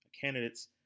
candidates